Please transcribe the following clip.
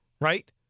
right